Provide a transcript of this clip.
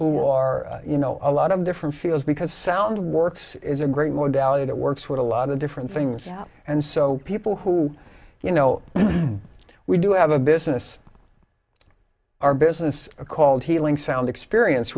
who are you know a lot of different fields because sound works is a great more value that works with a lot of different things out and so people who you know we do have a business our business a called healing sound experience